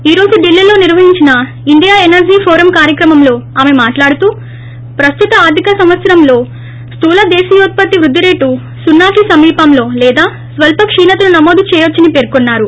ఈ రోజు ఢిల్లీలో నిర్వహించిన ఇండియా ఎనర్లీ ఫోరం కార్యక్రమంలో ఆమె మాట్లాడుతూ ప్రస్తుత ఆర్థిక సంవత్సరంలో స్టూల దేశీయోత్పత్తి వృద్ది రేటు సున్నాకి సమీపంలో లేదా స్వల్ప క్షీణతను నమోదు చేయొచ్చని పర్కొన్నారు